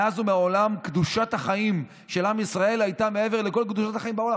מאז ומעולם קדושת החיים של עם ישראל הייתה מעבר לכל קדושת החיים בעולם.